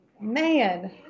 Man